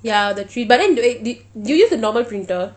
ya the tree but then do they did do you use the normal printer